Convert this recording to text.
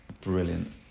brilliant